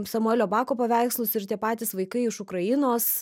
samuelio bako paveikslus ir tie patys vaikai iš ukrainos